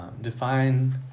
Define